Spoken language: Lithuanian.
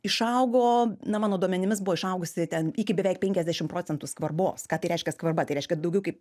išaugo na mano duomenimis buvo išaugusi ten iki beveik penkiasdešim procentų skvarbos ką tai reiškia skvarba tai reiškia daugiau kaip